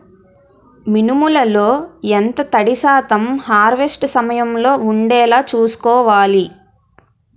మినుములు లో ఎంత తడి శాతం హార్వెస్ట్ సమయంలో వుండేలా చుస్కోవాలి?